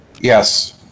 Yes